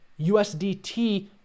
USDT